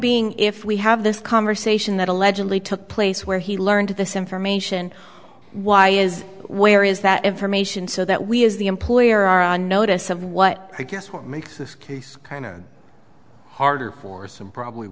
being if we have this conversation that allegedly took place where he learned of this information why is where is that information so that we as the employer on notice of what i guess what makes this case kind of harder for some probably